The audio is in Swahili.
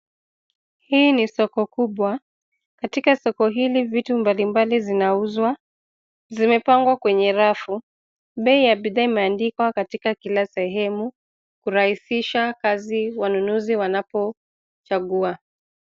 Hii ni soko kubwa, katika soko hili vitu mbalimbali zinauzwa, zimepangwa kwenye rafu. Bei ya bidhaa imeandikwa katika kila sehemu, kurahisisha kazi wanunuzi wanapo, chagua.